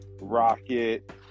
Rocket